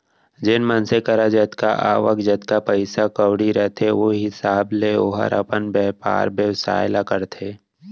जेन मनसे करा जतका आवक, जतका पइसा कउड़ी रथे ओ हिसाब ले ओहर अपन बयपार बेवसाय ल करथे